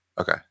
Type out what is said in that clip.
Okay